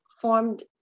formed